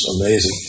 amazing